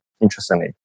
Interestingly